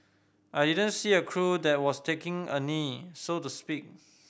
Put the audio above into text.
I didn't see a crew that was taking a knee so to speak